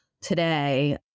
today